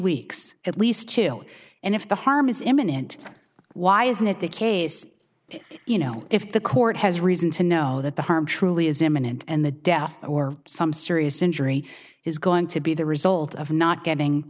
weeks at least two and if the harm is imminent why isn't it the case you know if the court has reason to know that the harm truly is imminent and the death or some serious injury is going to be the result of not getting